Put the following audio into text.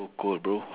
so cold bro